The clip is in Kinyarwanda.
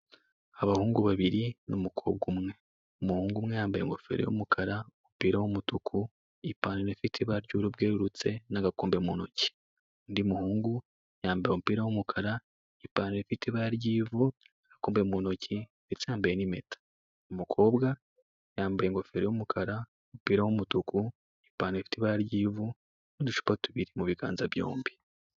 Abahungu babiri n'umukobwa umwe, umuhungu umwe yambaye ingofero y'umukara, umupira w'umutuku, ipantaro ifite ibara ry'ubururu bwerurutse n'agakombe mu ntoki, undi muhungu yambaye umupira w'umukara, ipantaro ifite ibara ry'ivu, agakombe mu ntoki ndetse yambaye n'impeta. Umukobwa yambaye ingofero y'umukara, umupira w'umutuku, ipantaro ifite ibara ry'ivu, n'uducupa tubiri mu biganza byombi.